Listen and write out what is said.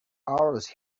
hours